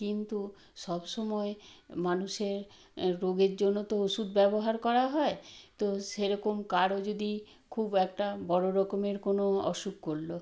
কিন্তু সবসময় মানুষের রোগের জন্য তো ওষুধ ব্যবহার করা হয় তো সেরকম কারও যদি খুব একটা বড় রকমের কোনো অসুখ করল